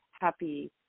happy